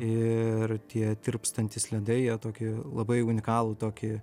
ir tie tirpstantys ledai jie tokį labai unikalų tokį